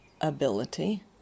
ability